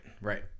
right